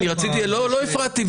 אני לא הפרעתי.